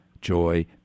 joy